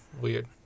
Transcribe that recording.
weird